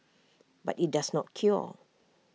but IT does not cure